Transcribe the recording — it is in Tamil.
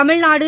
தமிழ்நாடு